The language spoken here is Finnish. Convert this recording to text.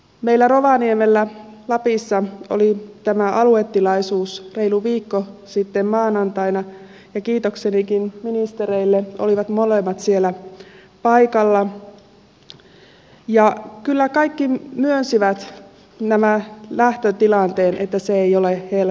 meillä rovaniemellä lapissa oli tämä aluetilaisuus reilu viikko sitten maanantaina kiitoksenikin ministereille olivat molemmat siellä paikalla ja kyllä kaikki myönsivät tämän lähtötilanteen että se ei ole helppo